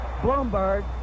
Bloomberg